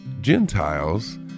Gentiles